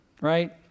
right